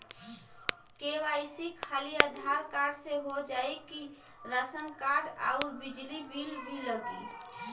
KYC खाली Aadhaar card से हो जाए कि राशन कार्ड अउर बिजली बिल भी लगी?